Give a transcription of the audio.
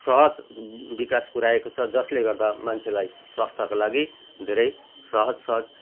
सहज विकास पुर्याएको छ जसले गर्दा मान्छेलाई स्वास्थ्यको लागि धेरै सहज सहज